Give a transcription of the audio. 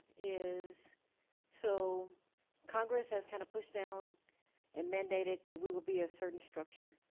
is so congress has kind of pushed down and mandated that we will be a certain structure